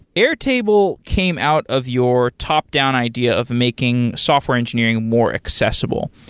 airtable came out of your top-down idea of making software engineering more accessible.